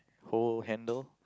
hold handle